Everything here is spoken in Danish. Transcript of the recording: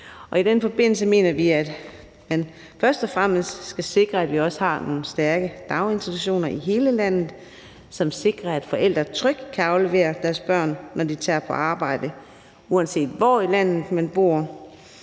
I den forbindelse mener vi, at man først og fremmest skal sikre, at vi også har nogle stærke daginstitutioner i hele landet, som sikrer, at forældre trygt kan aflevere deres børn, når de tager på arbejde, uanset hvor i landet man bor.